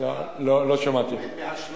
שכתב ב-13